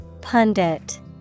Pundit